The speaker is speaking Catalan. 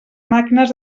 màquines